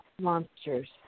monsters